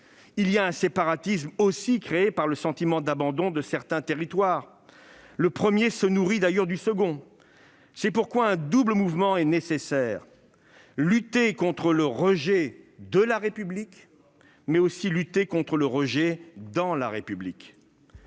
aussi un séparatisme créé par le sentiment d'abandon de certains territoires. Or le premier se nourrit du second ; c'est pourquoi un double mouvement est nécessaire : lutter contre le rejet la République, mais aussi lutter contre le rejet la République.